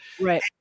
right